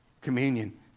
communion